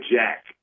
Jack